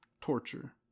Torture